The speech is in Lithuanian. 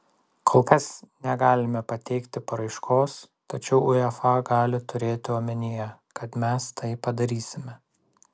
kol kas negalime pateikti paraiškos tačiau uefa gali turėti omenyje kad mes tai padarysime